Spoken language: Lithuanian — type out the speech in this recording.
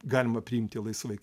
galima priimti laisvai